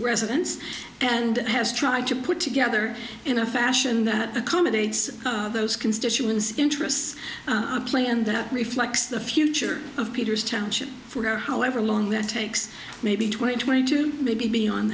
residents and has tried to put together in a fashion that accommodates those constituents interests play and that reflects the future of peter's township for however long that takes maybe twenty twenty two maybe beyond